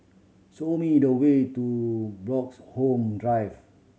show me the way to Bloxhome Drive